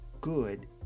good